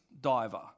diver